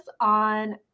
on